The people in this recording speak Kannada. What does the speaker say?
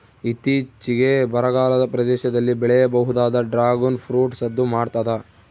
ಇತ್ತೀಚಿಗೆ ಬರಗಾಲದ ಪ್ರದೇಶದಲ್ಲಿ ಬೆಳೆಯಬಹುದಾದ ಡ್ರಾಗುನ್ ಫ್ರೂಟ್ ಸದ್ದು ಮಾಡ್ತಾದ